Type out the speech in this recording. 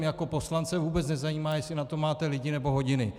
Jako poslance mě vůbec nezajímá, jestli na to máte lidi nebo hodiny.